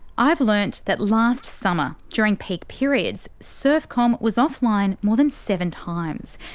i've learnt that last summer, during peak periods, surfcom was offline more than seven times.